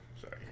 Sorry